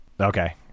okay